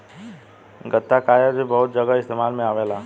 गत्ता कागज़ भी बहुत जगह इस्तेमाल में आवेला